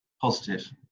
positive